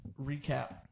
recap